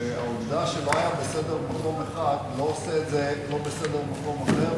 שהעובדה שלא היה בסדר במקום אחד לא עושה את זה לא בסדר במקום אחר,